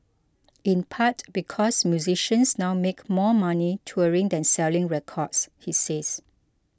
in part because musicians now make more money touring than selling records he says